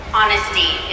honesty